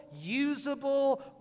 Usable